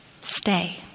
stay